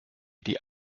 die